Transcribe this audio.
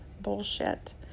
bullshit